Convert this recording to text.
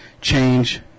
change